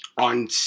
On